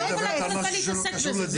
אני לא יכולה כל הזמן להתעסק בזה.